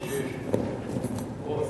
יש, פה השר.